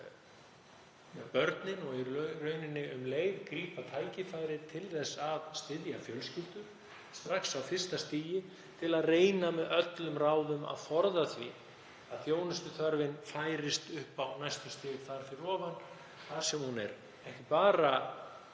börnin og í rauninni um leið grípa tækifærið til að styðja fjölskyldur strax á fyrsta stigi til að reyna með öllum ráðum að forða því að þjónustuþörfin færist upp á næsta stig þar fyrir ofan þar sem hún er ekki bara